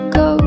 go